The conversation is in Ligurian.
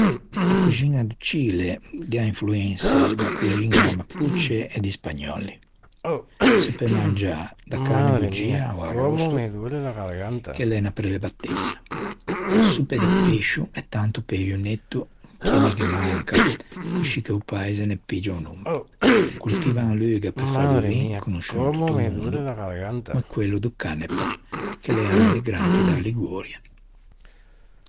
A coxiña do Cile gh'é a influençe mapuche e di spagnòlli. Se peu mangiâ da carne boggia ò à rosto che l'é unna prelibatessa. Suppe de pescio e tanto pevionetto che ne ghe manca coscì che o paise ne piggia o nomme. Coltivan l'uga pe fâ do vin, conosciuo in tutto o mondo, ma quello do Canepa che l'ea un emigrante da Liguria.